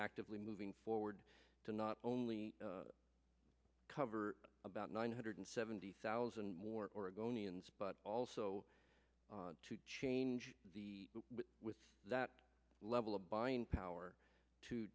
actively moving forward to not only cover about nine hundred seventy thousand more oregonians but also to change the way with that level of buying power to